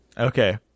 Okay